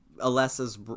Alessa's